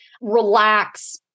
relax